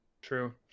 True